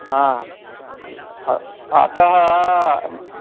हा अतः